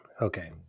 okay